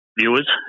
viewers